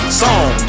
song